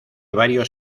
varios